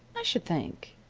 i should think,